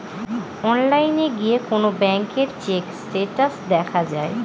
অনলাইনে গিয়ে কোন ব্যাঙ্কের চেক স্টেটাস দেখা যায়